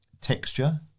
texture